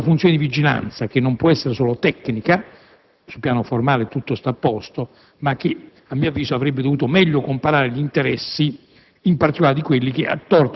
fatta una riflessione sulla funzione di vigilanza, che non può essere solo tecnica - sul piano formale è tutto a posto - ma a mio avviso avrebbe dovuto meglio comparare gli interessi,